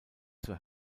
zur